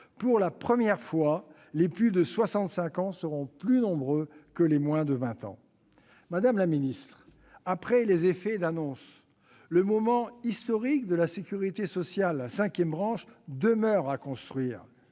pour la première fois, les plus de 65 ans seront plus nombreux que les moins de 20 ans. Madame la ministre, après les effets d'annonce sur ce moment historique de la sécurité sociale, la cinquième branche reste à construire.